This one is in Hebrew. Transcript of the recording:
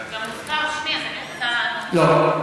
וגם הוזכר שמי, אז אני רוצה, לא.